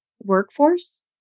workforce